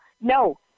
No